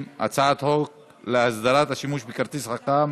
ההצעה להעביר את הצעת חוק להסדרת השימוש בכרטיס חכם